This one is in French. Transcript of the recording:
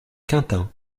quintin